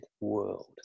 world